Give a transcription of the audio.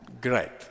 great